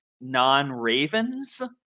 non-ravens